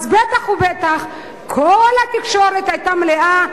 אז בטח ובטח כל התקשורת היתה מלאה,